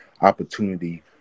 opportunity